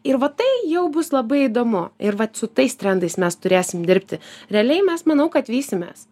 ir va tai jau bus labai įdomu ir vat su tais trendais mes turėsim dirbti realiai mes manau kad vysimės